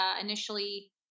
initially